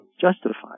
justified